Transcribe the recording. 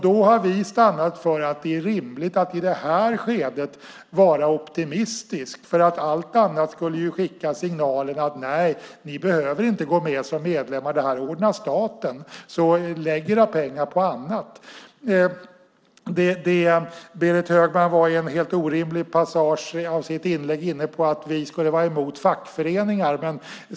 Då har vi stannat för att det är rimligt att i det här skedet vara optimistisk. Allt annat skulle skicka signalen: Ni behöver inte gå med som medlemmar. Det här ordnar staten. Så lägg era pengar på annat! Berit Högman var i en helt orimlig passage av sitt inlägg inne på att vi skulle vara emot fackföreningar.